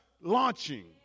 launching